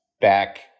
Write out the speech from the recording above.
back